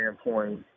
standpoint